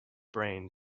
brain